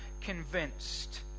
convinced